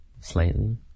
slightly